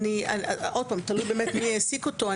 עוד פעם, תלוי מי העסיק אותו.